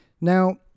now